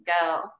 go